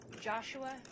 Joshua